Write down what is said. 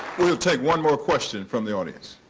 we'll we'll take one more question from the audience.